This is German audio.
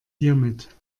hiermit